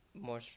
more